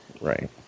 Right